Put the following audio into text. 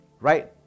right